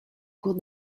cours